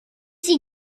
sie